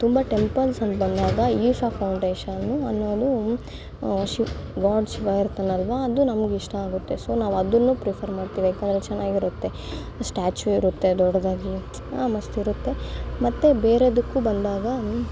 ತುಂಬ ಟೆಂಪಲ್ಸಂತ ಬಂದಾಗ ಇಶಾ ಫೌಂಡೇಶನ್ನು ಅನ್ನೋದು ಶಿವ ಗಾಡ್ ಶಿವ ಇರ್ತಾನಲ್ವಾ ಅದು ನಮಗಿಷ್ಟ ಆಗುತ್ತೆ ಸೊ ನಾವು ಅದನ್ನು ಪ್ರಿಫರ್ ಮಾಡ್ತೀವಿ ಏಕೆಂದ್ರೆ ಅದು ಚೆನ್ನಾಗಿರುತ್ತೆ ಸ್ಟ್ಯಾಚು ಇರುತ್ತೆ ದೊಡ್ಡದಾಗಿ ಆ ಮಸ್ತಿರುತ್ತೆ ಮತ್ತೆ ಬೇರೇದಕ್ಕೂ ಬಂದಾಗ